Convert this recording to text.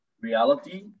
reality